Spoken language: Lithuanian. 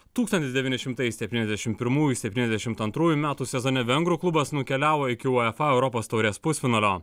tūkstantis devyni šimtai septyniasdešim pirmųjų septyniasdešimt antrųjų metų sezone vengrų klubas nukeliavo iki uefa europos taurės pusfinalio